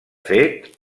fet